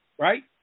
right